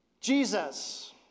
Jesus